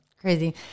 Crazy